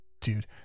Dude